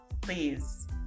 please